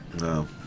No